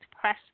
Press